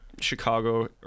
Chicago